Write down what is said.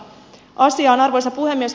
mutta asiaan arvoisa puhemies